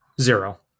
zero